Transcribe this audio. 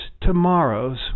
tomorrows